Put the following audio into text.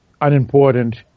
unimportant